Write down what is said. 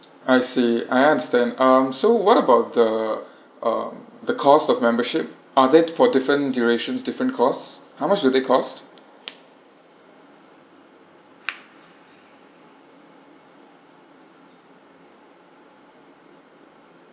I see I understand um so what about the uh the cost of membership are they for different durations different costs how much will they cost